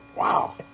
Wow